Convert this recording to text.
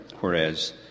whereas